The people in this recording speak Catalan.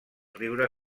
riure